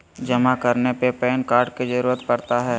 जमा करने में पैन कार्ड की जरूरत पड़ता है?